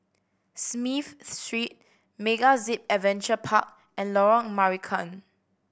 Smith Street MegaZip Adventure Park and Lorong Marican